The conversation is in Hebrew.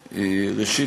ראשית,